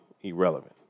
irrelevant